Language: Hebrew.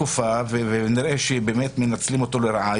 ונראה שבאמת מנצלים אותו לרעה,